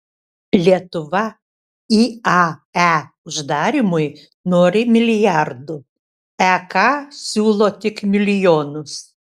lietuva iae uždarymui nori milijardų ek siūlo tik milijonus